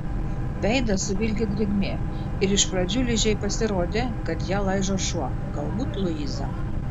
veidą suvilgė drėgmė ir iš pradžių ližei pasirodė kad ją laižo šuo galbūt luiza